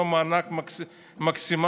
אותו מענק מקסימלי,